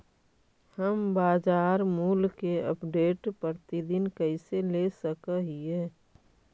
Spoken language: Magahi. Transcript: हम बाजार मूल्य के अपडेट, प्रतिदिन कैसे ले सक हिय?